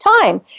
time